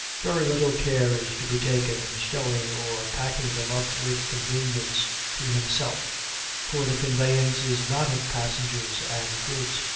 very little care is to be taken in stowing or packing them up with convenience to himself for the conveyance is not of passengers and goods,